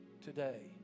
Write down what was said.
today